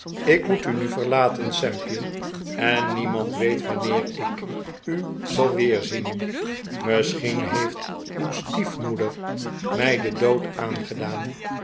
ik moet u nu verlaten sampje en niemand weet wanneer ik u zal weerzien misschien heeft uw stiefmoeder mij den dood aangedaan